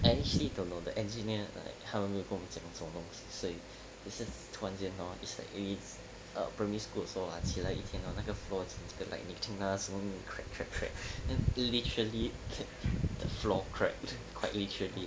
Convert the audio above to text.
actually I don't know the engineer like 他没有跟我们讲什么东西所以只是突然间 hor is like it's err primary school 的时候 ah 起来一天 hor 那个 floor 已经 like 你听它的声音 crack crack crack and literally the floor cracked quite literally